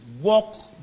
walk